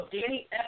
Danny